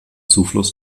zufluss